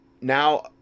Now